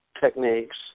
techniques